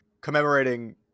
commemorating